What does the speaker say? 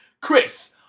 Chris